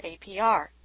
apr